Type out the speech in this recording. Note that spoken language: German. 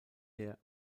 der